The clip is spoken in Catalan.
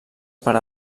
per